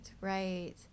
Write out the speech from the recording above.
right